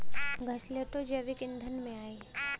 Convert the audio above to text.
घासलेटो जैविक ईंधन में आई